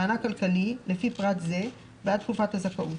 למענק כלכלי לפי פרט זה בעד תקופת זכאות,